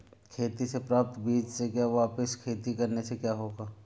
खेती से प्राप्त बीज से वापिस खेती करने से क्या होगा?